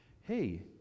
Hey